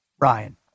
Ryan